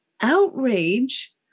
outrage